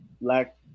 black